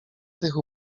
tych